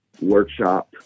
workshop